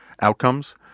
outcomes